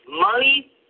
Money